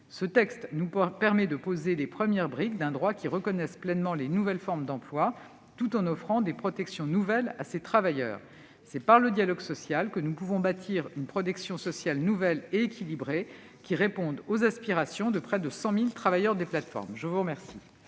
Ce texte nous permet de poser les premières briques d'un droit qui reconnaisse pleinement ces formes d'emploi, tout en offrant des protections à ces travailleurs. C'est par le dialogue social que nous pourrons bâtir une protection sociale nouvelle et équilibrée, qui réponde aux aspirations de près de 100 000 travailleurs indépendants. La parole